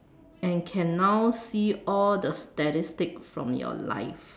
and can now see all the statistics from your life